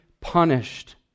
punished